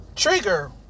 trigger